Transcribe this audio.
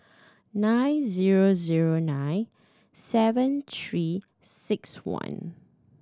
nine zero zero nine seven Three Six One